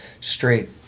straight